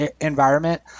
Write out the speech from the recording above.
environment